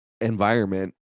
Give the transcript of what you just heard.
environment